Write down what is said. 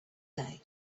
day